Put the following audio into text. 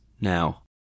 now